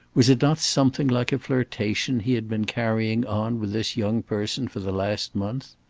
was it not something like a flirtation he had been carrying on with this young person for the last month?